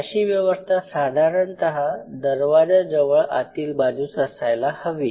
अशी व्यवस्था साधारणत दरवाजाजवळ आतील बाजूस असायला हवी